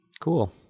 cool